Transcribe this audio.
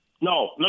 No